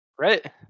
Right